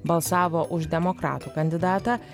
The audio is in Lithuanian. balsavo už demokratų kandidatą